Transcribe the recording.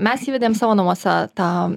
mes įvedėm savo namuose tą